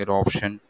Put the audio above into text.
option